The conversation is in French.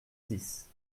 six